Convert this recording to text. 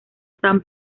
san